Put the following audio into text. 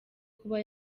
kuba